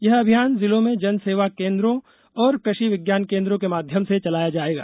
यह अभियान जिलों में जन सेवा केन्द्रों और कृषि विज्ञान केन्द्रों के माध्यध्म से चलाया जायेगा